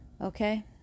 okay